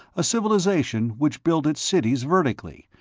a civilization which built its cities vertically,